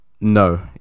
No